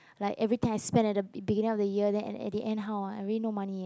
like every time I spend at the beginning of the year then at the at the end how ah I really no money eh